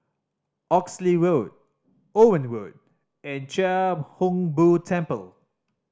Oxley Road Owen Road and Chia Hung Boo Temple